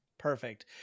Perfect